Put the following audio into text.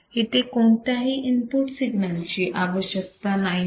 इथे कोणत्याही input signal ची आवश्यकता नाही आहे